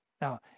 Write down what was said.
Now